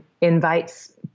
invites